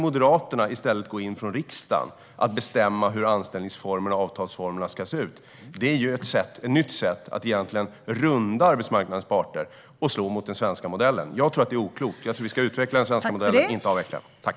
Moderaterna vill i stället gå in från riksdagen och bestämma hur anställnings och avtalsformer ska se ut. Det är ett nytt sätt att egentligen runda arbetsmarknadens parter och slå mot den svenska modellen. Jag tror att det är oklokt. Jag tror att vi ska utveckla den svenska modellen, inte avveckla den.